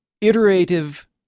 iterative